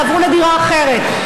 תעברו לדירה אחרת.